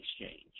exchange